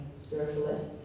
spiritualists